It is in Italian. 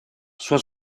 sua